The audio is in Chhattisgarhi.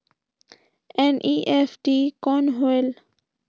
एन.ई.एफ.टी कौन होएल?